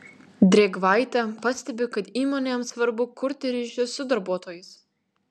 drėgvaitė pastebi kad įmonėms svarbu kurti ryšį su darbuotojais